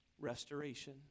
restoration